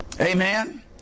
Amen